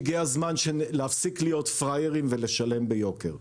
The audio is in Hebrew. הגיע הזמן להפסיק להיות פראיירים ולשלם ביוקר.